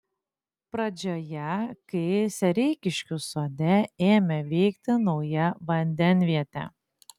pradžioje kai sereikiškių sode ėmė veikti nauja vandenvietė